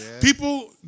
People